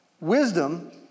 Wisdom